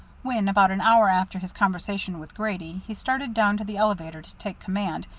when, about an hour after his conversation with grady, he started down to the elevator to take command,